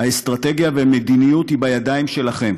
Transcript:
האסטרטגיה והמדיניות הן בידיים שלכם.